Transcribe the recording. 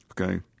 Okay